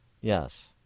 Yes